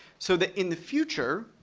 so that in the future,